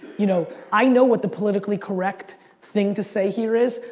you know i know what the politically correct thing to say here is,